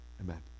amen